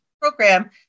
program